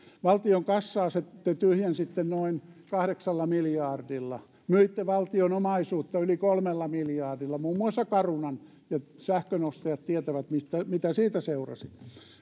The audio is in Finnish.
valtion kassaa te tyhjensitte noin kahdeksalla miljardilla myitte valtion omaisuutta yli kolmella miljardilla muun muassa carunan ja sähkönostajat tietävät mitä siitä seurasi